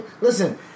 Listen